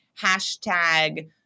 hashtag